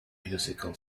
musical